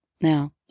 Now